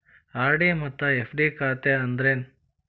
RD ಮತ್ತ FD ಖಾತೆ ಅಂದ್ರೇನು